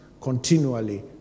continually